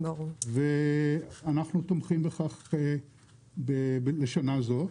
אנחנו תומכים בכך לשנה זו.